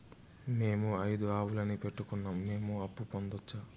మేము ఐదు ఆవులని పెట్టుకున్నాం, మేము అప్పు పొందొచ్చా